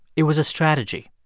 it was a strategy.